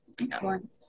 Excellent